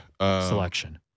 selection